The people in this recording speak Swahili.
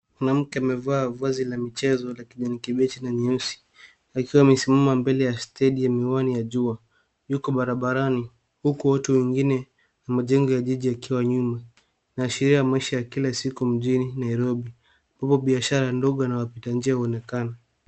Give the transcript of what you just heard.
Mwanamke amevaa vazi la michezo la kijani kibichi na nyeusi, akiwa amesimama mbele ya stendi ya miwani ya jua. Yuko barabarani huku watu wengine na majengo ya jiji yakiwa nyuma. Inaashiria maisha ya kila siku mjini Nairobi, huko biashara ndogo na wapita njia huonekana.